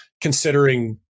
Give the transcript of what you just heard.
considering